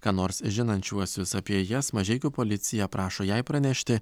ką nors žinančiuosius apie jas mažeikių policija prašo jai pranešti